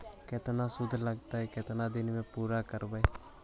केतना शुद्ध लगतै केतना दिन में पुरा करबैय?